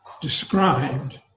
described